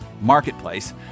marketplace